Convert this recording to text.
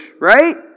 right